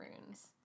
Runes